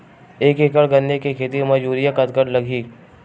एक एकड़ गन्ने के खेती म यूरिया कतका लगही?